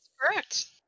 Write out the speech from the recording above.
correct